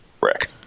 Rick